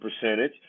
percentage